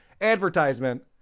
advertisement